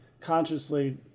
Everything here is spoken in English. consciously